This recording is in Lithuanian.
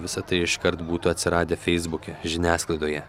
visa tai iškart būtų atsiradę feisbuke žiniasklaidoje